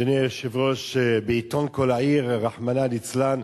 אדוני היושב-ראש, עיתון "כל העיר", רחמנא ליצלן,